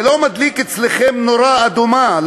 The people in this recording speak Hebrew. זה לא מדליק אצלכם נורה אדומה,